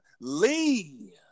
Lee